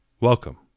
Welcome